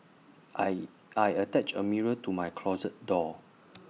I I attached A mirror to my closet door